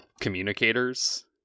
communicators